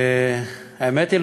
האמת היא,